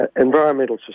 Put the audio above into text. Environmental